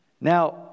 Now